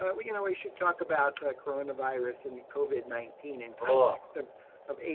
ah but we you know we should talk about coronavirus and covid nineteen in context of of ada.